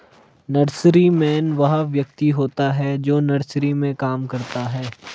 nurseryman वह व्यक्ति होता है जो नर्सरी में काम करता है